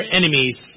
enemies